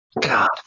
God